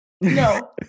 No